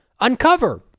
uncover